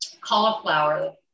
cauliflower